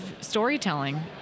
storytelling